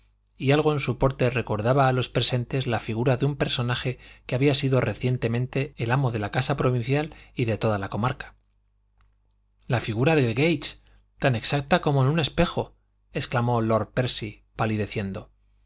y algo en su porte recordaba a los presentes la figura de un personaje que había sido recientemente el amo de la casa provincial y de toda la comarca la figura de gage tan exacta como en un espejo exclamó lord percy